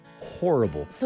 horrible